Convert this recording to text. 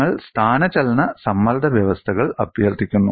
നിങ്ങൾ സ്ഥാനചലന സമ്മർദ്ദ വ്യവസ്ഥകൾ അഭ്യർത്ഥിക്കുന്നു